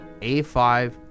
A5